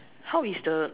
how is the